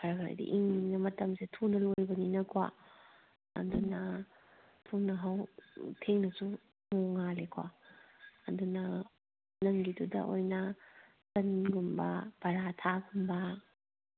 ꯈꯔ ꯈꯔꯗꯤ ꯏꯪꯉꯦ ꯃꯇꯝꯁꯦ ꯊꯨꯅ ꯂꯣꯏꯕꯅꯤꯅꯀꯣ ꯑꯗꯨꯅ ꯊꯦꯡꯅꯁꯨ ꯅꯣꯡꯉꯥꯜꯂꯦꯀꯣ ꯑꯗꯨꯅ ꯅꯪꯒꯤꯗꯨꯗ ꯑꯣꯏꯅ ꯇꯟꯒꯨꯝꯕ ꯄꯔꯥꯊꯥꯒꯨꯝꯕ